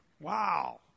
Wow